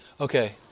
Okay